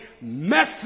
mess